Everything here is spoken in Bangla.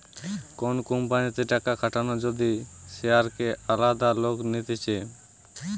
কোন কোম্পানিতে টাকা খাটানো যদি শেয়ারকে আলাদা লোক নিতেছে